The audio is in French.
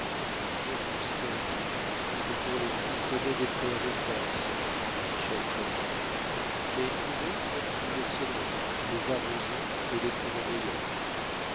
ils ne poussent ainsi que pour les fils aînés des pairs de france dit michel chrestien mais nous autres nous les semons les arrosons et les trouvons meilleurs